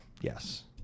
Yes